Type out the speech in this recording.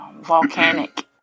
volcanic